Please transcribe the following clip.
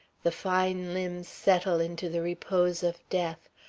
the fine limbs settle into the repose of death,